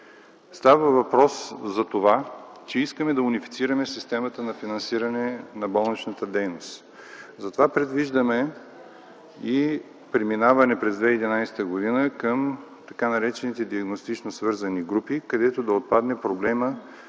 става въпрос за това, че искаме да унифицираме системата на финансиране на болничната дейност. Затова предвиждаме и преминаване през 2011 г. към така наречените диагностично свързани групи, където да отпадне проблемът